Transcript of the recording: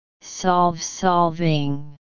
Solve-solving